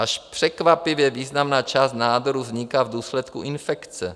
Až překvapivě významná část nádorů vzniká v důsledku infekce.